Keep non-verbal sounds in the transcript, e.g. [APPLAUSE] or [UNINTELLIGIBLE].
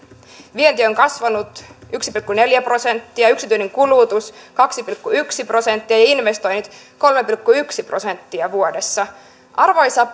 vienti on kasvanut yksi pilkku neljä prosenttia yksityinen kulutus kaksi pilkku yksi prosenttia ja investoinnit kolme pilkku yksi prosenttia vuodessa arvoisa [UNINTELLIGIBLE]